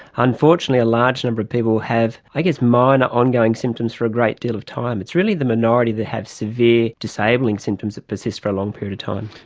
unfortunately a large number of people have i guess minor ongoing symptoms for a great deal of time. it's really the minority that have severe disabling symptoms that persist for a long period of time.